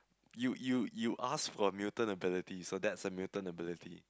you you you ask for a mutant ability so that's a mutant ability